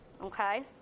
okay